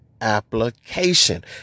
application